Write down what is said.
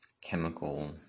chemical